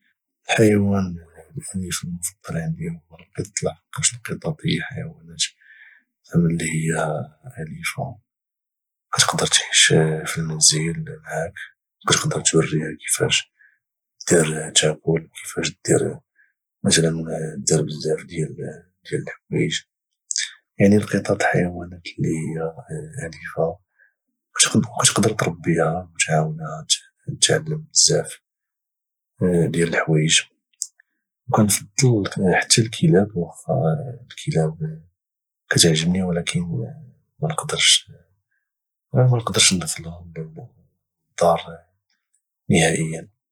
الحيوان الاليف المفضل عندي هو القط لحقاش القطط هي حيوانات اللي هي اليفه كتقدر تعيش في المنزل معك وكاتقدر توريها كيفاش دير تاكل وكيفاش دير مثلا دير بزاف ديال الحوايج يعني القطط هي حيوانات اللي هي اليفه وكاتقدر تربيها وتعاونها تعلم بزاف ديال الحوايج وكنفضل حتى الكلاب وخا الكلاب كتعجبني ولكن منقدرش ندخلهم للدار نهائيا